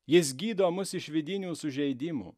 jis gydo mus iš vidinių sužeidimų